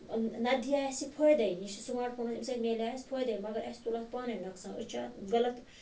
نَتہٕ دیٖہا اَسہِ یہِ فٲیدے یہِ چھُ سماٹ فون امہِ سۭتۍ مِلہا اَسہِ فٲیدے مَگَر اَسہِ تُل اتھ پاناے نۄقصان أسۍ چھِ اتھ غَلَط